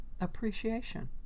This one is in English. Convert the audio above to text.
appreciation